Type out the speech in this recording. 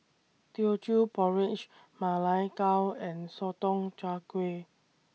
Teochew Porridge Ma Lai Gao and Sotong Char Kway